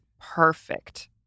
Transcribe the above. perfect